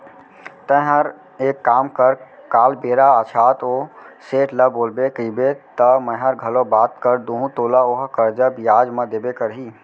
तैंहर एक काम कर काल बेरा आछत ओ सेठ ल बोलबे कइबे त मैंहर घलौ बात कर दूहूं तोला ओहा करजा बियाज म देबे करही